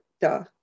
duh